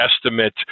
estimate